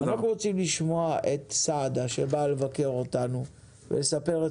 אנחנו רוצים לשמוע את סעדה שבאה לבקר אותנו ולספר את